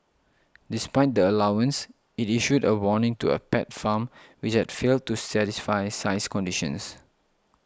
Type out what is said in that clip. despite the allowance it issued a warning to a pet farm which had failed to satisfy size conditions